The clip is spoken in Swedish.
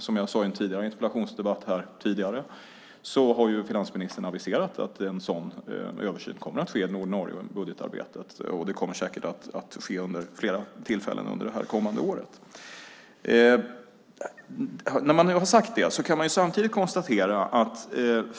Som jag sade i en tidigare interpellationsdebatt har finansministern aviserat att en sådan översyn kommer att ske under det ordinarie budgetarbetet, och det kommer säkert att ske vid flera tillfällen under det kommande året.